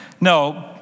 No